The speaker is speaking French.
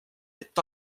est